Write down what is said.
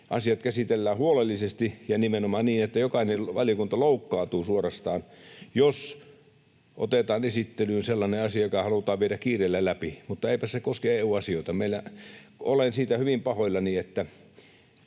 asiat käsitellään huolellisesti ja nimenomaan niin, että jokainen valiokunta suorastaan loukkaantuu, jos otetaan esittelyyn sellainen asia, joka halutaan viedä kiireellä läpi — niin eipäs se koske EU-asioita. Olen siitä hyvin pahoillani, että